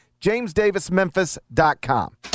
JamesDavisMemphis.com